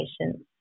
patients